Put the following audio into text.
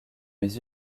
mais